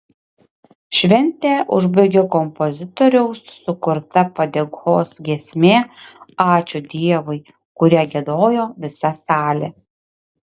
šventę užbaigė kompozitoriaus sukurta padėkos giesmė ačiū dievui kurią giedojo visa salė